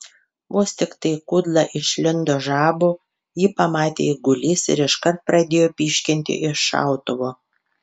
vos tiktai kudla išlindo žabų jį pamatė eigulys ir iškart pradėjo pyškinti iš šautuvo